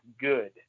good